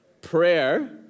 prayer